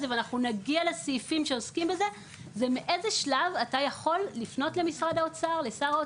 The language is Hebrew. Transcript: הוא מאיזה שלב אתה יכול לפנות לשר האוצר,